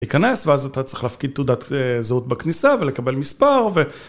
להיכנס ואז אתה צריך להפקיד תעודת זהות בכניסה ולקבל מספר.